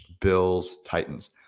Bills-Titans